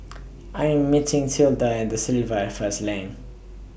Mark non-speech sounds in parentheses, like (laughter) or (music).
(noise) I Am meeting Tilda At DA Silva First Lane